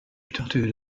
tattooed